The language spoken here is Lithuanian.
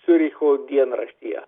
ciuricho dienraštyje